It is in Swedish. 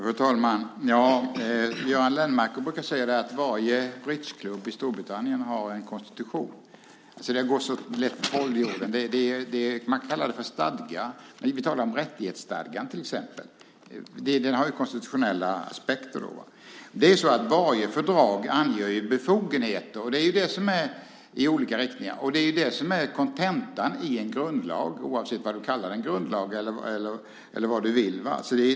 Fru talman! Göran Lennmarker brukar säga att varje bridgeklubb i Storbritannien har en konstitution. Det går så lätt troll i orden. Man kan kalla det för stadga. Ni vill tala om rättighetsstadgan till exempel. Den har ju konstitutionella aspekter. Varje fördrag anger befogenheter i olika riktningar. Det är det som är kontentan i en grundlag, oavsett om man kallar den grundlag eller något annat.